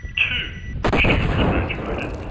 two students graduated.